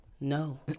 No